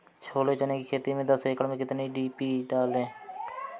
छोले चने की खेती में दस एकड़ में कितनी डी.पी डालें?